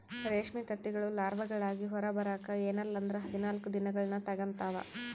ರೇಷ್ಮೆ ತತ್ತಿಗಳು ಲಾರ್ವಾಗಳಾಗಿ ಹೊರಬರಕ ಎನ್ನಲ್ಲಂದ್ರ ಹದಿನಾಲ್ಕು ದಿನಗಳ್ನ ತೆಗಂತಾವ